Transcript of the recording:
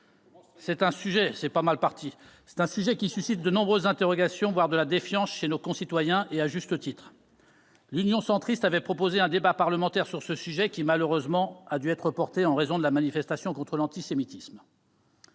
C'est un sujet qui suscite- à juste titre -de nombreuses interrogations, voire de la défiance chez nos concitoyens. Le groupe Union Centriste avait proposé un débat parlementaire sur ce sujet qui, malheureusement, a dû être reporté en raison de la manifestation contre l'antisémitisme.